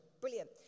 Brilliant